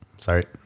sorry